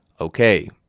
Okay